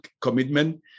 commitment